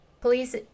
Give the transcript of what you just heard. police